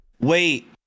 Wait